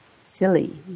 silly